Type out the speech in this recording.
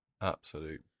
Absolute